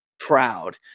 proud